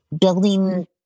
building